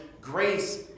grace